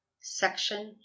Section